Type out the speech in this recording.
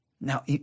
Now